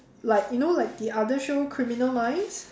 like you know like the other show criminal minds